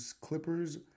Clippers